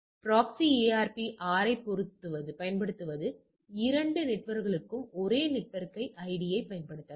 எனவே proxy ARP R ஐப் பயன்படுத்துவது இரு நெட்வொர்க்குகளுக்கும் ஒரே நெட்வொர்க் ஐடியைப் பயன்படுத்தலாம்